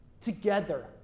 together